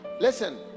Listen